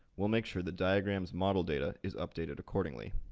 we'll make sure the diagram's model data is updated accordingly.